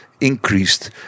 increased